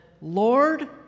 Lord